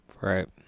Right